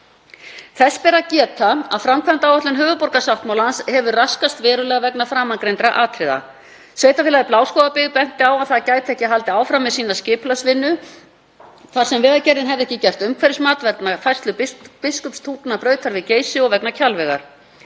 Þess ber að geta að framkvæmdaáætlun höfuðborgarsáttmálans hefur raskast verulega vegna framangreindra atriða. Sveitarfélagið Bláskógabyggð benti á að það gæti ekki haldið áfram með sína skipulagsvinnu þar sem Vegagerðin hefði ekki gert umhverfismat vegna færslu Biskupstungnabrautar við Geysi og vegna Kjalvegar.